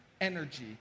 energy